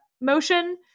motion